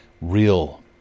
real